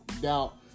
doubt